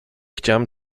chciałem